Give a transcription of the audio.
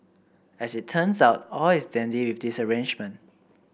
as it turns out all is dandy with this arrangement